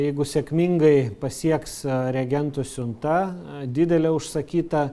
jeigu sėkmingai pasieks reagentų siunta didelė užsakyta